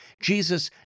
Jesus